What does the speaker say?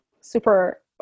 super